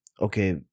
okay